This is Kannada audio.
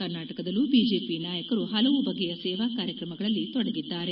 ಕರ್ನಾಟಕದಲ್ಲೂ ಬಿಜೆಪಿ ನಾಯಕರು ಪಲವು ಬಗೆಯ ಸೇವಾ ಕಾರ್ಯಕ್ರಮಗಳಲ್ಲಿ ತೊಡಗಿದ್ದಾರೆ